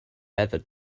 better